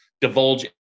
Divulge